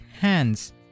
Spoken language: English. hands